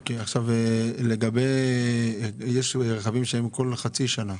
אוקיי, לגבי רכבים שהרישוי שלהם הוא כל חצי שנה,